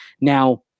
Now